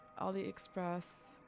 AliExpress